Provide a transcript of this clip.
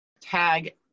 tag